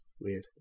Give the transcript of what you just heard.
Weird